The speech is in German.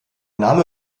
name